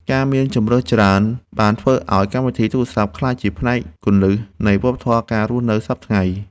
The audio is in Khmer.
ការមានជម្រើសច្រើន បានធ្វើឱ្យកម្មវិធីទូរសព្ទក្លាយជាផ្នែកគន្លឹះនៃវប្បធម៌ការរស់នៅសព្វថ្ងៃ។